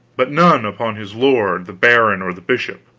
but none upon his lord the baron or the bishop,